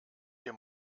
dir